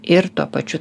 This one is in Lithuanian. ir tuo pačiu